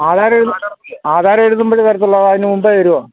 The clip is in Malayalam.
ആധാരം എഴുതുമ്പോഴേ തരികയുള്ളോ അതോ അതിനുമുമ്പ് തരുമോ